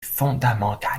fondamental